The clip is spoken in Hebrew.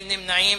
אין נמנעים.